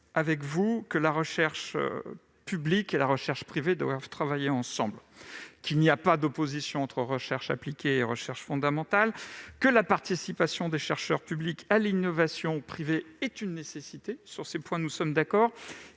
comme vous, que les recherches publique et privée doivent travailler ensemble, qu'il n'y a pas d'opposition entre recherche appliquée et recherche fondamentale et que la participation des chercheurs publics à l'innovation privée est une nécessité. Nous partageons totalement